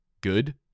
good